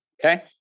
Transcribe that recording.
Okay